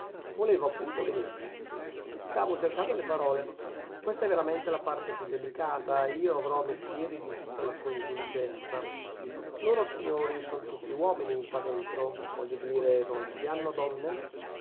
volevo appunto venirci diss'egli e stavo cercando le parole questa è veramente la parte più delicata ed io avrò mestieri di tutta la sua indulgenza loro signori son tutti uomini qua dentro voglio dire non ci hanno donne